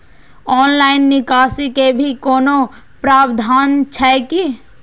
Online निकासी के भी कोनो प्रावधान छै की?